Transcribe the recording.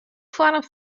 foarm